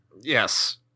Yes